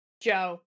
Joe